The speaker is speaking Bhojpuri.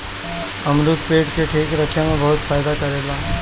अमरुद पेट के ठीक रखे में बहुते फायदा करेला